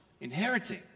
inheriting